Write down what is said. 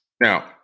Now